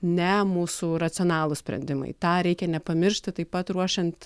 ne mūsų racionalūs sprendimai tą reikia nepamiršti taip pat ruošiant